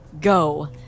go